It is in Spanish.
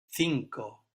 cinco